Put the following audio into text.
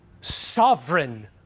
sovereign